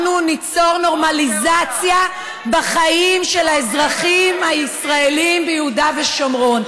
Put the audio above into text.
אנחנו ניצור נורמליזציה בחיים של האזרחים הישראלים ביהודה ושומרון.